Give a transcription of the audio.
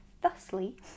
thusly